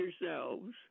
yourselves